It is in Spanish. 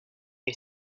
que